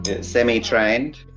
semi-trained